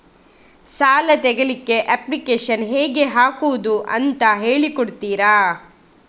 ಸಾಲ ತೆಗಿಲಿಕ್ಕೆ ಅಪ್ಲಿಕೇಶನ್ ಹೇಗೆ ಹಾಕುದು ಅಂತ ಹೇಳಿಕೊಡ್ತೀರಾ?